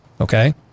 okay